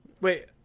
Wait